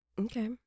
Okay